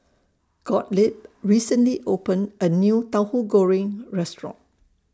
Gottlieb recently opened A New Tahu Goreng Restaurant